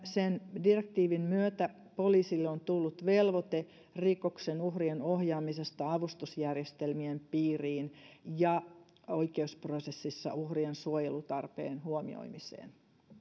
sen direktiivin myötä poliisille on tullut velvoite rikoksen uhrien ohjaamisesta avustusjärjestelmien piiriin ja oikeusprosessissa uhrien suojelutarpeen huomioimiseen